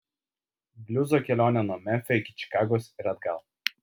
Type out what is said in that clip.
bliuzo kelionė nuo memfio iki čikagos ir atgal